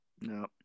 no